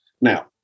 Now